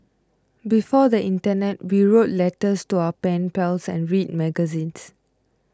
before the internet we wrote letters to our pen pals and read magazines